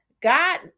God